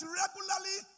regularly